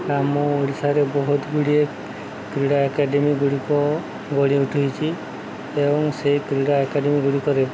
ଆମ ଓଡ଼ିଶାରେ ବହୁତ ଗୁଡ଼ିଏ କ୍ରୀଡ଼ା ଏକାଡେମୀଗୁଡ଼ିକ ଗଢ଼ି ଉଠିଛି ଏବଂ ସେହି କ୍ରୀଡ଼ା ଏକାଡେମୀ ଗୁଡ଼ିକରେ